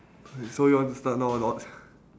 okay so you want to start now or not